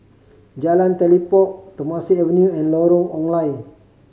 Jalan Telipok Temasek Avenue and Lorong Ong Lye